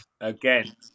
again